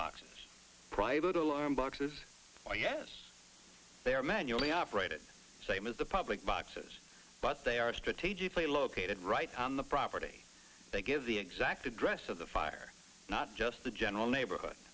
boxes private alarm boxes or yes they are manually operated the same as the public boxes but they are strategically located right on the property they give the exact address of the fire not just the general neighborhood